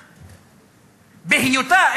בהיותה,